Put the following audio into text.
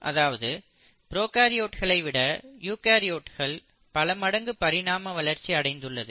அதாவது ப்ரோகாரியோட்களை விட யூகரியோட்கள் பல மடங்கு பரிணாம வளர்ச்சி அடைந்துள்ளது